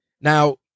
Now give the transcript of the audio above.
Now